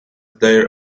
their